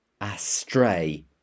astray